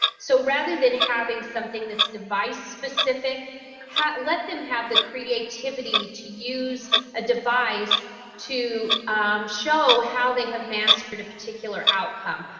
so, rather than having something that's device specific let them have the creativity to use a device to show how they have mastered a particular outcome.